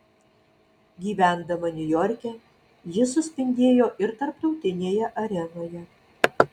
gyvendama niujorke ji suspindėjo ir tarptautinėje arenoje